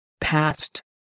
past